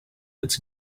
it’s